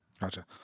Gotcha